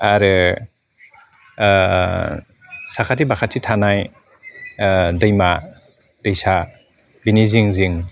आरो साखाथि बाखाथि थानाय दैमा दैसा बिनि जिं जिं